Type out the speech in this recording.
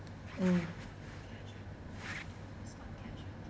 mm